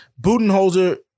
Budenholzer